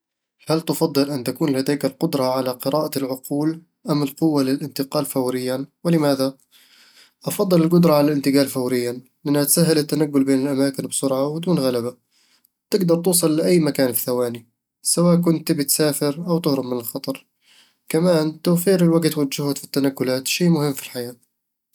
هل تفضل أن تكون لديك القدرة على قراءة العقول أم القوة للانتقال فوريًا؟ ولماذا؟ أفضّل القدرة على الانتقال فوريًا، لأنها تسهّل التنقل بين الأماكن بسرعة ودون غلبة تقدر توصل لأي مكان في ثواني، سواء كنت تبي تسافر أو تهرب من الخطر كمان توفير الوقت والجهد في التنقلات شي مهم في الحياة